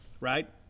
right